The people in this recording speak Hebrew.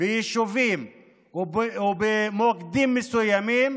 ביישובים ובמוקדים מסוימים